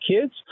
kids